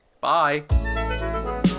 bye